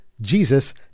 Jesus